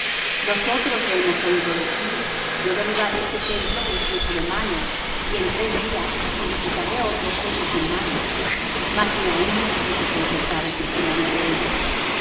nosotros le hemos oído decir yo derribaré este templo que es hecho de mano y en tres días edificaré otro echo sin mano mas ni aun así se concertaba el testimonio de ellos